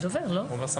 משה,